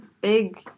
big